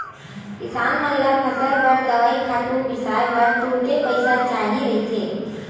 किसान मन ल फसल बर दवई, खातू बिसाए बर तुरते पइसा चाही रहिथे